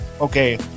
Okay